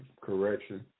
correction